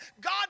God